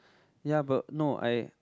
ya but no I